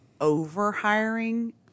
over-hiring